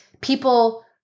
people